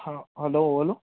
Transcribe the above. hello ఎవరు